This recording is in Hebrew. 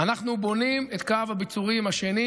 אנחנו בונים את קו הביצורים השני,